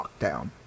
lockdown